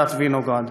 ועדת וינוגרד.